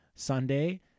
Sunday